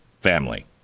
family